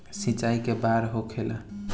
सिंचाई के बार होखेला?